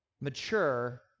mature